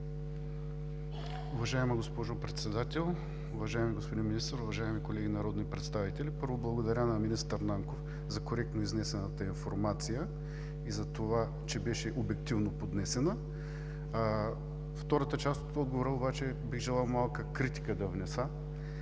Уважаема госпожо Председател, уважаеми господин Министър, уважаеми колеги народни представители! Първо, благодаря на министър Нанков за коректно изнесената информация и за това, че беше обективно поднесена. По втората част от отговора обаче бих желал малка критика да внеса.